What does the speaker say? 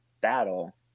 battle